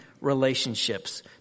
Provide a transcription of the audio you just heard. relationships